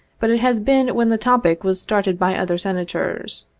but it has been when the topic was started by other senators.